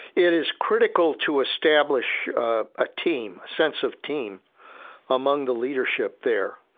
it is critical to establish a team, a sense of team among the leadership there,